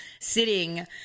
sitting